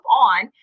on